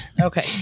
Okay